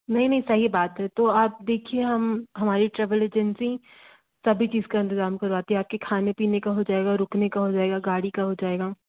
नहीं नहीं सही बात है तो आप देखिए हम हमारी ट्रैवल एजेंसी सभी चीज का इंतजाम करवाती आपके खाने पीने का हो जाएगा रुकने का हो जाएगा गाड़ी का हो जाएगा